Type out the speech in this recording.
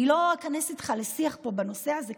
אני לא איכנס איתך לשיח פה בנושא הזה,